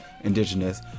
Indigenous